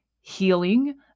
healing